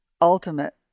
ultimate